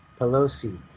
Pelosi